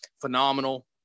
phenomenal